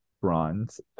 bronze